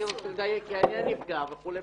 אני רוצה לדייק כי אני הנפגע וכולי.